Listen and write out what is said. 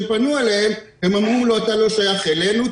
פנו אליה אמרו להם: אתם לא שייכים אלינו,